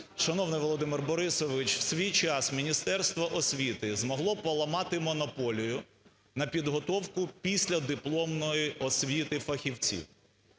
Шановний Володимир Борисович, у свій час Міністерство освіти змогло поламати монополію на підготовку післядипломної освіти фахівців.